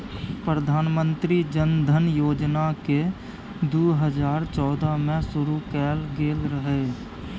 प्रधानमंत्री जनधन योजना केँ दु हजार चौदह मे शुरु कएल गेल रहय